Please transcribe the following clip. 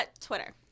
Twitter